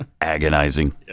agonizing